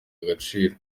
agaciro